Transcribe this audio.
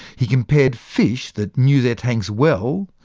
he compared fish that knew their tanks well,